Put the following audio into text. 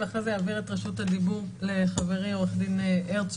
אחרי זה אני אעביר לרשות הדיבור לחברי עורך דין הרצוג,